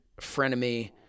frenemy